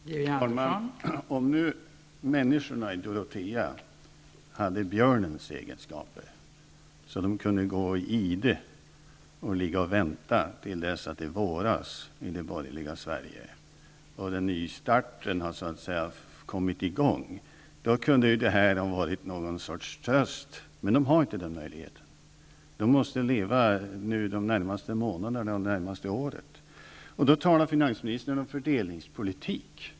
Fru talman! Om nu människorna i Dorotea hade björnens egenskaper, så att de kunde gå i ide och ligga och vänta tills det våras i det borgerliga Sverige och starten så att säga har kommit i gång, kunde det här ha varit något slags tröst. Men de har inte den möjligheten. De måste leva de närmaste månaderna och det närmaste året. Då talar finansministern om fördelningspolitik.